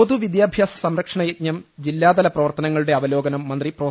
പൊതുവിദ്യാഭ്യാസ സംരക്ഷണ യജ്ഞം ജില്ലാതല പ്രവർത്തനങ്ങളുടെ അവലോകനം മന്ത്രി പ്രൊഫ